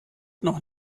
noch